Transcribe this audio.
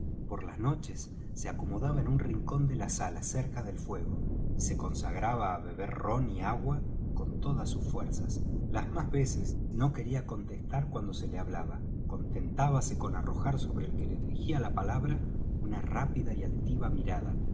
por las noches se acomodaba en un rincón de la sala cerca del fuego y se consagraba á beber rom y agua con todas sus fuerzas las más veces no quería contestar cuando se le hablaba contentábase con arrojar sobre el que le dirijía la palabra una rápida y altiva mirada